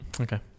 Okay